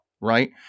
Right